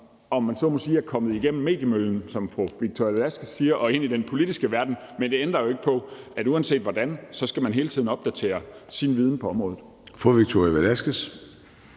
om man så må sige, er kommet igennem mediemøllen, som fru Victoria Velasquez siger, og ind i den politiske verden, men det ændrer jo ikke på, at man hele tiden skal opdatere sin viden på området.